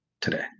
today